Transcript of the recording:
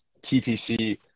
TPC